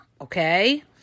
Okay